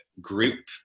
group